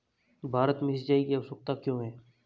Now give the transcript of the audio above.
भारत में सिंचाई की आवश्यकता क्यों है?